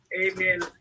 Amen